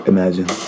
Imagine